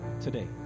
today